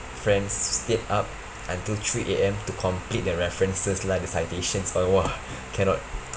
friends stayed up until three A_M to complete the references lah the citations all !wah! cannot